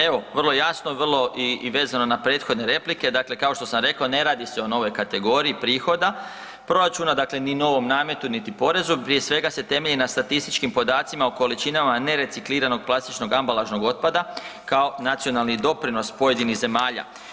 Evo vrlo jasno i vezano na prethodne replike, kao što sam rekao ne radi se o novoj kategoriji prihoda proračuna ni novom nametu niti porezu, prije svega se temelji na statističkim podacima o količinama nerecikliranog plastičnog ambalažnog otpada kao nacionalni doprinos pojedinih zemalja.